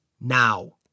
now